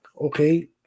Okay